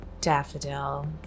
Daffodil